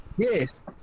Yes